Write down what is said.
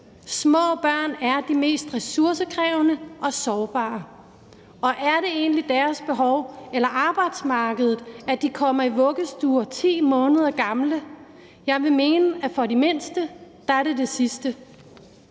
Små børn er de mest ressourcekrævende og sårbare, og er det egentlig deres behov eller arbejdsmarkedets, at de kommer i vuggestue 10 måneder gamle? Jeg vil mene, at for de mindste er det det sidste.